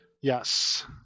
Yes